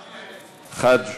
בעד.